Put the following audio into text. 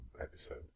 episode